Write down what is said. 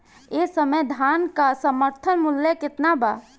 एह समय धान क समर्थन मूल्य केतना बा?